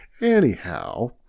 anyhow